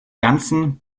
ganzen